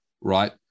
right